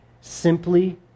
simply